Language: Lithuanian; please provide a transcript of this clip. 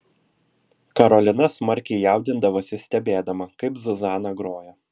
karolina smarkiai jaudindavosi stebėdama kaip zuzana groja